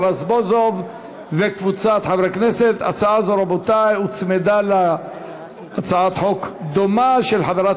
לזכויות הילד בעקבות דיון מהיר בהצעתה של חברת